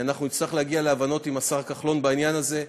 אנחנו נצטרך להגיע להבנות עם השר כחלון בעניין הזה,